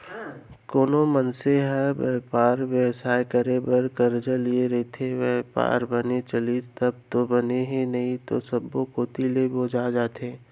कोनो मनसे ह बयपार बेवसाय करे बर करजा लिये रइथे, बयपार बने चलिस तब तो बने हे नइते सब्बो कोती ले बोजा जथे